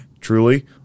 truly